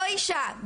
לא אישה,